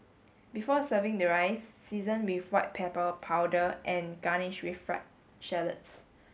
before serving the rice season with white pepper powder and garnish with fried shallots